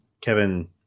Kevin